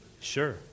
Sure